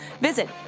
Visit